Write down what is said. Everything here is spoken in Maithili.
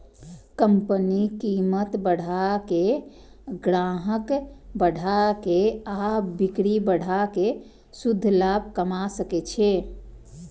कंपनी कीमत बढ़ा के, ग्राहक बढ़ा के आ बिक्री बढ़ा कें शुद्ध लाभ कमा सकै छै